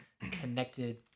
connected